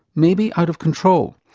may be out of control,